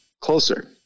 closer